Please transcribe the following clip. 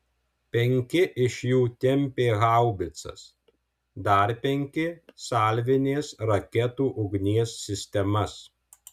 penki iš jų tempė haubicas dar penki salvinės raketų ugnies sistemas